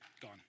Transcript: Gone